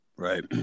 Right